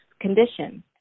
condition